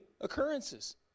occurrences